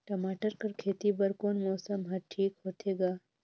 टमाटर कर खेती बर कोन मौसम हर ठीक होथे ग?